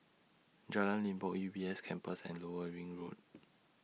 Jalan Limbok U B S Campus and Lower Ring Road